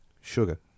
sugar